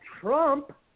Trump